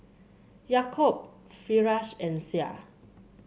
Yaakob Firash and Syah